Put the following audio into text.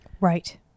Right